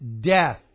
death